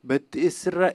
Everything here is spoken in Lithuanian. bet jis yra